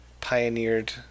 pioneered